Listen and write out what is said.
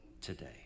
today